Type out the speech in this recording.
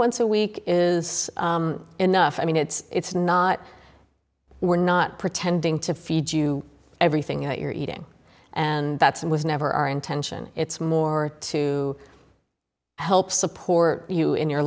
once a week is enough i mean it's not we're not pretending to feed you everything you're eating and that's it was never our intention it's more to helps support you in your